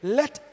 let